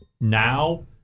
now